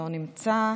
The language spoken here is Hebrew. לא נמצא,